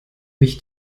desto